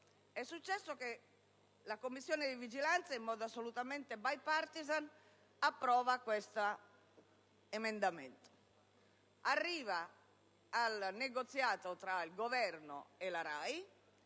è successo? La Commissione di vigilanza, in modo assolutamente *bipartisan*, approva questo parere, che arriva al negoziato tra il Governo e la RAI;